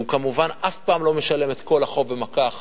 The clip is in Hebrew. הוא כמובן אף פעם לא משלם את כל החוב במכה אחת.